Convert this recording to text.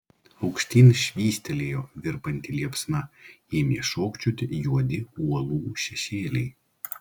aukštyn švystelėjo virpanti liepsna ėmė šokčioti juodi uolų šešėliai